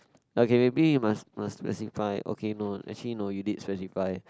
okay maybe you must must specify okay no actually no you did specify